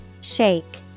shake